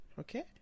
Okay